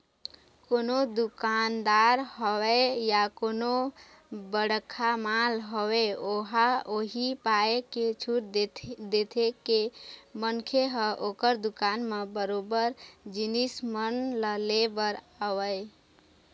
कोनो दुकानदार होवय या कोनो बड़का मॉल होवय ओहा उही पाय के छूट देथे के मनखे ह ओखर दुकान म बरोबर जिनिस मन ल ले बर आवय